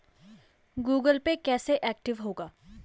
Google pay कैसे active होगा?